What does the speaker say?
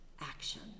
action